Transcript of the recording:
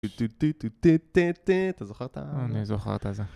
טטטט... אתה זוכר את זה? אני זוכר את זה.